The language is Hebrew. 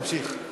תמשיך.